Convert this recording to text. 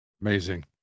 Amazing